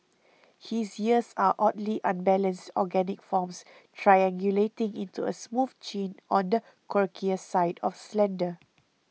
his ears are oddly unbalanced organic forms triangulating into a smooth chin on the quirkier side of slender